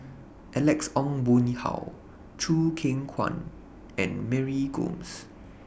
Alex Ong Boon Hau Choo Keng Kwang and Mary Gomes